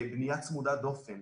בניה צמודת דופן.